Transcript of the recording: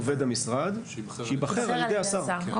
עובד המשרד שייבחר על ידי השר.